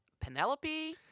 Penelope